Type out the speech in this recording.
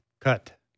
cut